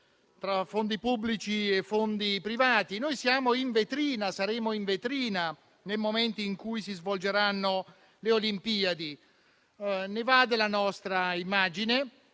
tra fondi pubblici e fondi privati. Noi saremo in vetrina nei momenti in cui si svolgeranno le Olimpiadi. Ne va della nostra immagine.